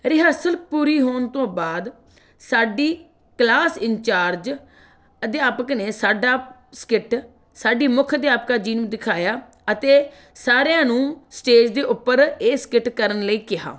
rehearsal ਪੂਰੀ ਹੋਣ ਤੋਂ ਬਾਅਦ ਸਾਡੀ ਕਲਾਸ ਇੰਚਾਰਜ ਅਧਿਆਪਕ ਨੇ ਸਾਡਾ ਸਕਿੱਟ ਸਾਡੀ ਮੁੱਖ ਅਧਿਆਪਕਾ ਜੀ ਨੂੰ ਦਿਖਾਇਆ ਅਤੇ ਸਾਰਿਆਂ ਨੂੰ ਸਟੇਜ ਦੇ ਉੱਪਰ ਇਹ ਸਕਿੱਟ ਕਰਨ ਲਈ ਕਿਹਾ